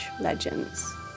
legends